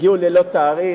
הגיעו ללא תאריך,